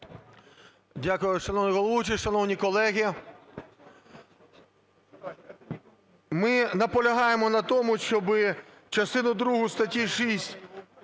Дякую. Шановний головуючий, шановні колеги, ми наполягаємо на тому, щоб частину другу статті 6